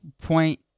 point